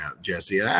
Jesse